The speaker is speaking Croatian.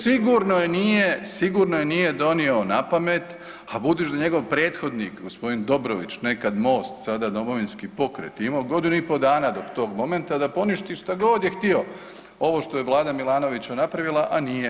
Sigurno je nije, sigurno je nije donio napamet, a budući da je njegov prethodnik g. Dobrović, nekad MOST, sada Domovinski pokret, imao godinu i po dana do tog momenta da poništi šta god je htio ovo što je Vlada Milanovića napravila, a nije.